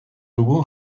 dugu